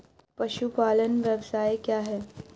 पशुपालन व्यवसाय क्या है?